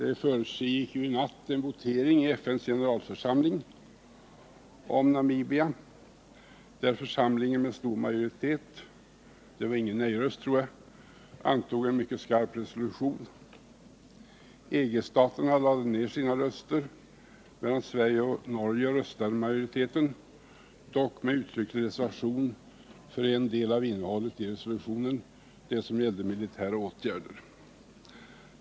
En votering ägde ju rum i natt i FN:s generalförsamling om Namibia, varvid församlingen med stor majoritet — det var ingen nej-röst, tror jag — antog en mycket skarp resolution. EG-staterna lade ned sina röster, medan Sverige och Norge röstade med majoriteten, dock med uttrycklig reservation för en del av innehållet i resolutionen — den som gällde militära åtgärder.